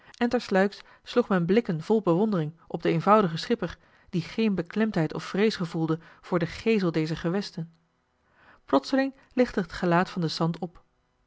en tersluiks sloeg men blikken vol bewondering op den eenvoudigen schipper die geen beklemdheid of vrees gevoelde voor den geesel dezer gewesten plotseling lichtte het gelaat van den sant op